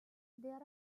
there